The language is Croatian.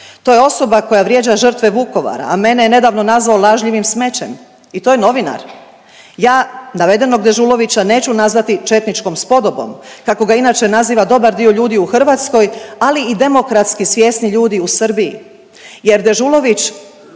To je osoba koja vrijeđa žrtve Vukovara, a mene je nedavno nazvao lažljivim smećem. I to je novinar? Ja navedenog Dežulovića neću nazvati četničkom spodobom kako ga inače naziva dobar dio ljudi u Hrvatskoj, ali i demokratski svjesni ljudi u Srbiji, je Dežulović